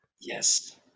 Yes